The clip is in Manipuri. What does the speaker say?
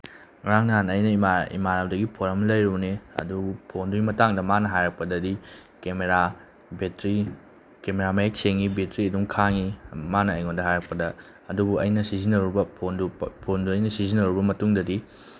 ꯉꯔꯥꯡ ꯅꯍꯥꯟ ꯑꯩꯅ ꯏꯃꯥꯟꯅꯕꯗꯒꯤ ꯐꯣꯟ ꯑꯃ ꯂꯩꯔꯨꯕꯅꯦ ꯑꯗꯨ ꯐꯣꯟꯗꯨꯒꯤ ꯃꯇꯥꯡꯗ ꯃꯥꯅ ꯍꯥꯏꯔꯛꯄꯗꯗꯤ ꯀꯦꯃꯦꯔꯥ ꯕꯦꯇ꯭ꯔꯤ ꯀꯦꯃꯦꯔꯥ ꯃꯌꯦꯛ ꯁꯦꯡꯉꯤ ꯕꯦꯇ꯭ꯔꯤ ꯑꯗꯨꯝ ꯈꯥꯡꯉꯤ ꯃꯥꯅ ꯑꯩꯉꯣꯟꯗ ꯍꯥꯏꯔꯛꯄꯗ ꯑꯗꯨꯕꯨ ꯑꯩꯅ ꯁꯤꯖꯤꯟꯅꯔꯨꯕ ꯐꯣꯟꯗꯨ ꯐꯣꯟꯗꯨ ꯑꯩꯅ ꯁꯤꯖꯤꯟꯅꯔꯨꯕ ꯃꯇꯨꯡꯗꯗꯤ